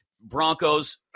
Broncos